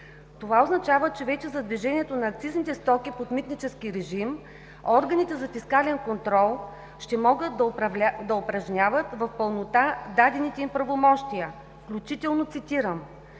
Това означава, че вече за движението на акцизните стоки под митнически режим органите за фискален контрол ще могат да упражняват в пълнота дадените им правомощия, включително – цитирам: